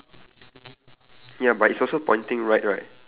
it it doesn't say park right for your bottom left hand corner